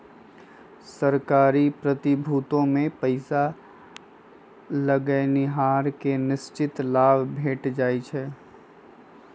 सरकारी प्रतिभूतिमें पइसा लगैनिहार के निश्चित लाभ भेंट जाइ छइ